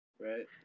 right